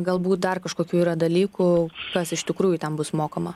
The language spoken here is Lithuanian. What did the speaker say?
galbūt dar kažkokių yra dalykų kas iš tikrųjų ten bus mokoma